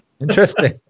interesting